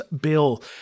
Bill